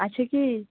আছে কি